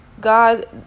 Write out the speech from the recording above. God